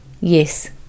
yes